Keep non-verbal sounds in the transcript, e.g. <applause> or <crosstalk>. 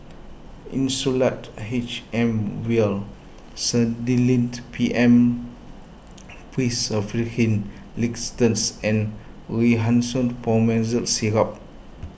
Insulatard H M Vial <unintelligible> P M <unintelligible> Linctus and Rhinathiol Promethazine Syrup